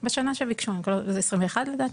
בשנה שביקשו, ב-2021, לדעתי.